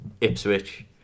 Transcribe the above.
Ipswich